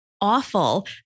awful